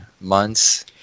months